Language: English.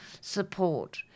support